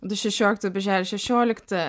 du šešioliktų birželio šešioliktą